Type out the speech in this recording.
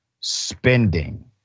spending